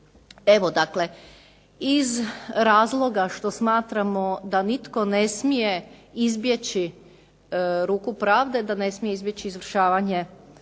Evo dakle, iz razloga što smatramo da nitko ne smije izbjeći ruku pravde da ne smije izbjeći izvršavanje